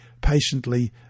patiently